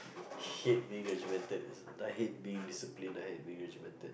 hate being regimented I hate being disciplined I hate being regimented